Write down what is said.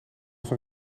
van